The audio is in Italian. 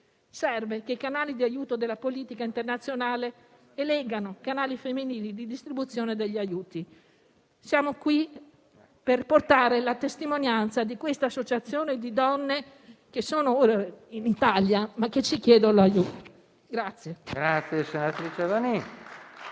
Serve che i canali di aiuto della politica internazionale eleggano canali femminili di distribuzione degli aiuti. Siamo qui per portare la testimonianza di quest'associazione di donne che sono in Italia, ma che ci chiedono aiuto.